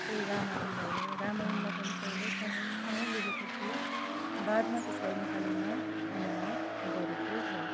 जस्तै रामायण भयो रामायणलाई पनि पहिले संस्कृतमा नै लेखेको थियो बादमा त्यसलाई नेपालीमा अनुवाद गरेको हो